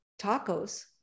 tacos